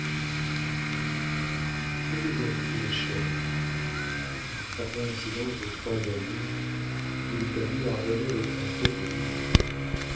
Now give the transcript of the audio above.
que deviens-tu ma chère après un silence de trois années il est permis à renée d'être inquiète de louise